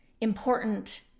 important